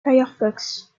firefox